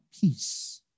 peace